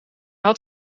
had